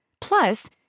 Plus